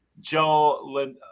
Joe